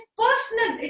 personal